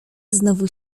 znowu